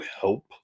help